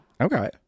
Okay